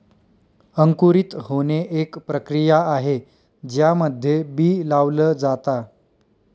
अंकुरित होणे, एक प्रक्रिया आहे ज्यामध्ये बी लावल जाता